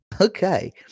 Okay